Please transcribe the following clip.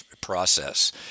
process